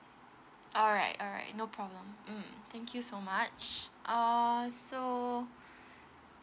alright alright no problem mm thank you so much err so